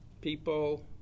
people